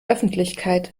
öffentlichkeit